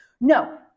No